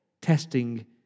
testing